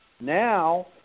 Now